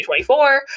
2024